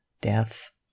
death